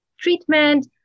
treatment